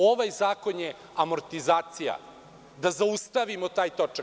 Ovaj zakon je amortizacija, da zaustavimo taj točak.